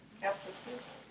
helplessness